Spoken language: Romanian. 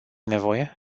nevoie